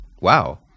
Wow